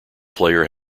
player